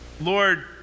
Lord